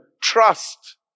trust